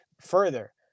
further